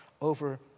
over